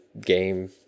game